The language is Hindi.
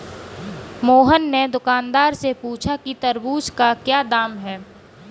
मोहन ने दुकानदार से पूछा कि तरबूज़ का क्या दाम है?